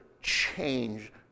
change